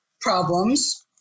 problems